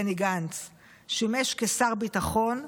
בני גנץ שימש כשר ביטחון,